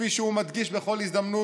כפי שהוא מדגיש בכל הזדמנות,